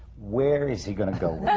where is he going to go